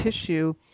tissue